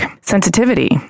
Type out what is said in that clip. sensitivity